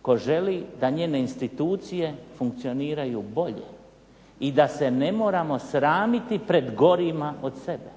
tko želi da njene institucije funkcioniraju bolje i da se ne moramo sramiti pred gorima od sebe.